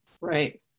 right